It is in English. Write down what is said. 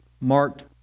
marked